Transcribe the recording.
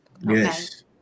Yes